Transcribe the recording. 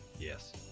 Yes